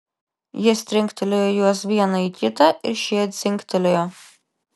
jis trinktelėjo juos vieną į kitą ir šie dzingtelėjo